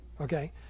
Okay